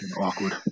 awkward